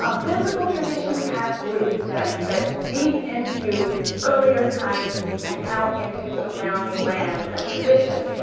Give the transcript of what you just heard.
um biblical traditions have roots that stretch deep into earlier times and out into surrounding lands and traditions,